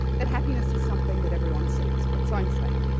that happiness is something that everyone seeks for its own sake.